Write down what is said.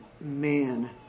man